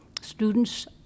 Students